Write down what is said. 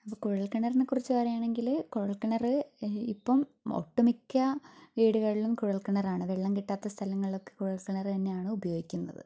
കുഴല്ക്കിണറിനെക്കുറിച്ച് പറയുകയാണെങ്കിൽ കുഴല്ക്കിണർ ഇപ്പം ഒട്ടുമിക്ക വീടുകളിലും കുഴല്ക്കിണറാണ് വെള്ളം കിട്ടാത്ത സ്ഥലങ്ങളിലൊക്കെ കുഴല്ക്കിണർ തന്നെയാണ് ഉപയോഗിക്കുന്നത്